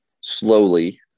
Slowly